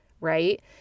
right